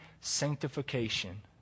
sanctification